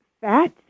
fat